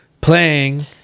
playing